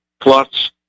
plus